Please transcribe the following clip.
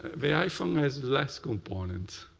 the iphone has less components,